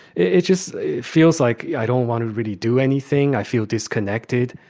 it just feels like i don't want to really do anything. i feel disconnected.